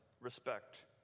respect